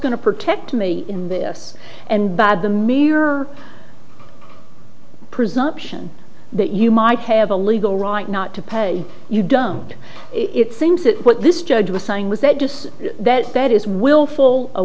going to protect me in this and bad the mirror presumption that you might have a legal right not to pay you don't get it seems that what this judge was saying was that just that that is willful